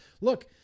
Look